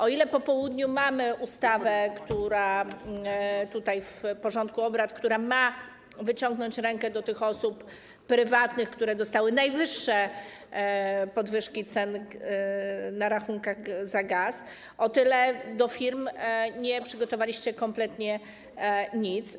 O ile po południu mamy ustawę - tutaj w porządku obrad - która ma wyciągnąć rękę do tych osób prywatnych, które dostały najwyższe podwyżki cen na rachunkach za gaz, o tyle dla firm nie przygotowaliście kompletnie nic.